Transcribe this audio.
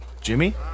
Jimmy